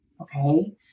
okay